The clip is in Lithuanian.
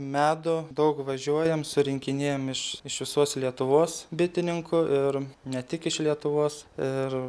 medų daug važiuojam surinkinėjam iš iš visos lietuvos bitininkų ir ne tik iš lietuvos ir